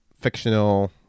fictional